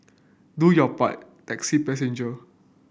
do your part taxi passenger